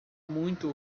muito